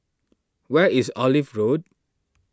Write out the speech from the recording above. where is Olive Road